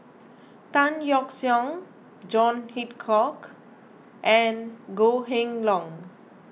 Tan Yeok Seong John Hitchcock and Goh Kheng Long